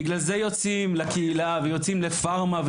ולקהילה ולפארמה.